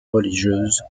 religieuse